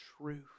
truth